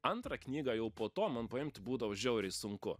antrą knygą jau po to man paimt būdavo žiauriai sunku